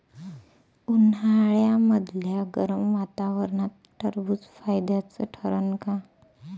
उन्हाळ्यामदल्या गरम वातावरनात टरबुज फायद्याचं ठरन का?